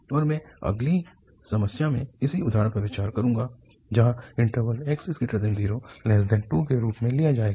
और मैं अगली समस्या में उसी उदाहरण पर विचार करूंगा जहाँ इन्टरवल 0x2 के रूप में लिया जाएगा